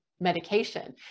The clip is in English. medication